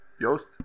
Joost